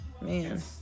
man